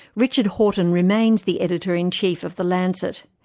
richard horton remains the editor-in-chief of the lancet.